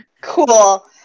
Cool